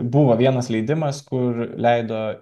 buvo vienas leidimas kur leido